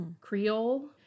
Creole